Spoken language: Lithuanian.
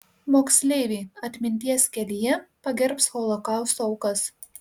moksleiviai atminties kelyje pagerbs holokausto aukas